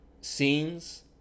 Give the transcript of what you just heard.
scenes